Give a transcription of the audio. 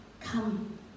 come